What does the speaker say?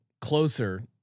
closer